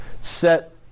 set